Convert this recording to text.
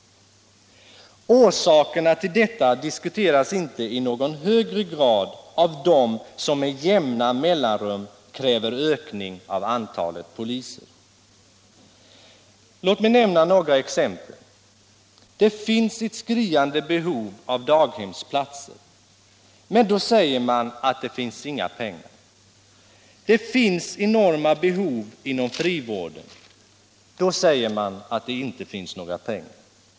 Orsakerna till detta diskuteras inte i någon högre grad av dem som med jämna mellanrum kräver ökning av antalet poliser. Låt mig nämna några exempel: Det finns ett skriande behov av daghemsplatser, men då säger man att det inte finns pengar. Det finns enorma behov inom frivården; då säger man också att det inte finns några pengar.